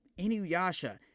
Inuyasha